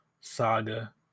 saga